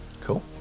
Cool